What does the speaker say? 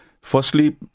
Firstly